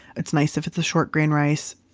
it's nice if it's a short grain rice,